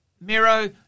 Miro